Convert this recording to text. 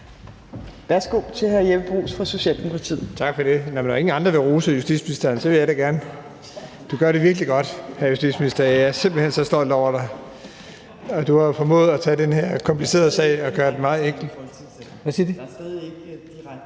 (Ordfører) Jeppe Bruus (S): Tak for det. Når ingen andre vil rose justitsministeren, så vil jeg da gerne. Du gør det virkelig godt, hr. justitsminister. Jeg er simpelt hen så stolt over dig. Du har formået at tage den her komplicerede sag og gøre den meget enkel. (Fjerde næstformand (Trine